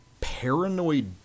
paranoid